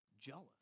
jealous